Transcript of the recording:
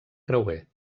creuer